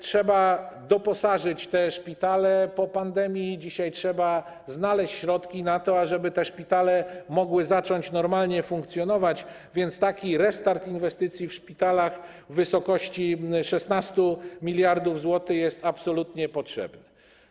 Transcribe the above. Trzeba doposażyć te szpitale po pandemii, trzeba dzisiaj znaleźć środki na to, ażeby te szpitale mogły zacząć normalnie funkcjonować, a więc taki restart inwestycji w szpitalach w wysokości 16 mld zł jest absolutnie potrzebny.